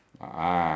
(uh huh)